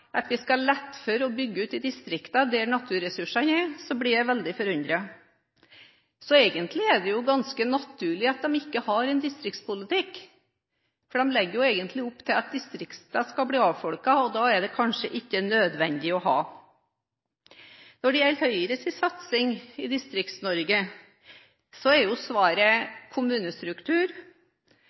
så blir jeg veldig forundret. Så egentlig er det jo ganske naturlig at de ikke har en distriktspolitikk, for de legger jo egentlig opp til at distriktene skal bli avfolket, og da er det kanskje ikke nødvendig å ha en slik politikk. Når det gjelder Høyres satsing i Distrikts-Norge, er jo svaret kommunestruktur,